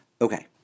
Okay